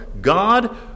God